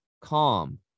calm